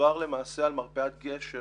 מדובר למעשה על מרפאת גשר